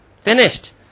finished